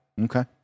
Okay